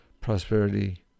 prosperity